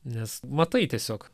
nes matai tiesiog